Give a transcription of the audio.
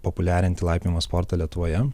populiarinti laipiojimo sportą lietuvoje